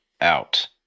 out